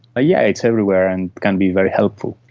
yeah it's everywhere and can be very helpful.